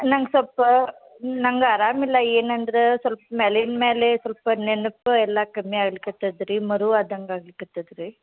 ನಂಗೆ ಸೊಪ್ಪ ನಂಗೆ ಅರಾಮಿಲ್ಲ ಏನಂದರೆ ಸೊಲ್ಪ ಮ್ಯಾಲಿಂದ ಮ್ಯಾಲೆ ಸ್ವಲ್ಪ ನೆನ್ಪು ಎಲ್ಲ ಕಮ್ಮಿ ಆಗ್ಲಿಕತ್ತದೆ ರೀ ಮರುವು ಆದಂಗೆ ಆಗ್ಲಿಕತದೆ ರೀ